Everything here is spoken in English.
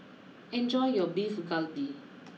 enjoy your Beef Galbi